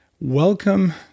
Welcome